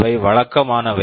அவை வழக்கமானவை